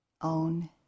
own